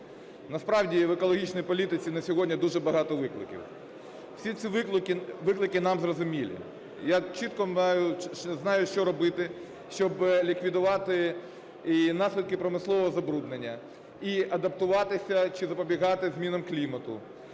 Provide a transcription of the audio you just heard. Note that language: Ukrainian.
Насправді в екологічній політиці на сьогодні дуже багато викликів. Всі ці виклики нам зрозумілі. Я чітко знаю, що робити, щоб ліквідувати і наслідки промислового забруднення, і адаптуватися чи запобігати змінам клімату,